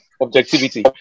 objectivity